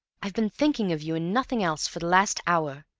i've been thinking of you and nothing else for the last hour.